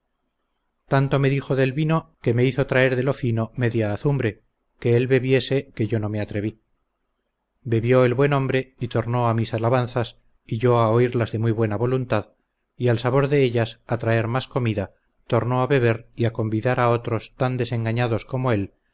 tanto me dijo del vino que me hizo traer de lo fino media azumbre que él bebiese que yo no me atreví bebió el buen hombre y tornó a mis alabanzas y yo a oírlas de muy buena voluntad y al sabor de ellas a traer más comida tornó a beber y a convidar a otros tan desengañados como él